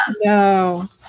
No